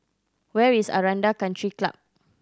where is Aranda Country Club